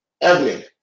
Evelyn